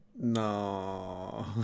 No